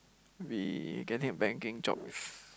we getting a banking job is